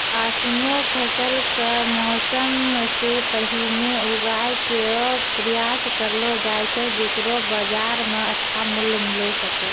ऑसनो फसल क मौसम सें पहिने उगाय केरो प्रयास करलो जाय छै जेकरो बाजार म अच्छा मूल्य मिले सके